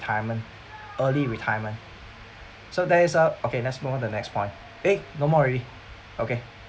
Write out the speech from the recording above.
retirement early retirement so there is uh okay let's move on the next point eh no more already okay